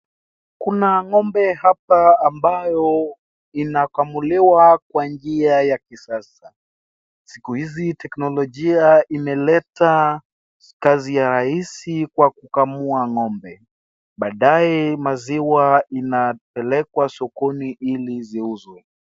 Kuna ng'ombe hapa ambao inakamuliwa kwa njia ya kisasa. Siku hizi teknolojia imeleta kazi ya rahisi kwa kukamua ng'ombe baadaye maziwa inapelekwa sokoni ili ziuzwe.